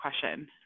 question